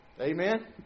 Amen